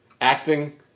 acting